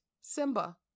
Simba